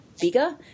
bigger